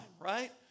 right